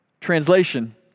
Translation